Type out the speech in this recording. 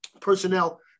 personnel